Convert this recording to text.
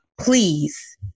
please